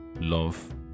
love